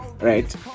right